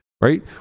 right